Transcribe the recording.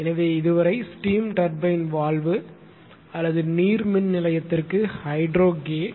எனவே இது வரை ஸ்டீம் டர்பைன் வால்வு அல்லது நீர் மின் நிலையத்திற்கு ஹைட்ரோ கேட்